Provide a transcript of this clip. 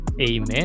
Amen